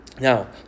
Now